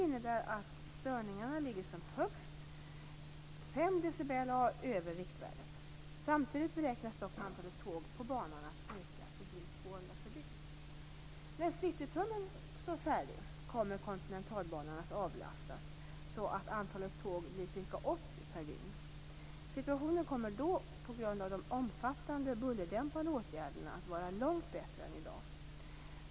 När Citytunneln står färdig kommer Kontinentalbanan att avlastas så att antalet tåg blir ca 80 per dygn. Situationen kommer då på grund av de omfattande bullerdämpande åtgärderna att vara långt bättre än i dag.